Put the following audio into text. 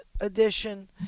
edition